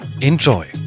Enjoy